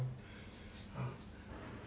err